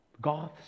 Goths